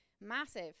massive